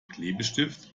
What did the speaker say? klebestift